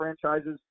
franchises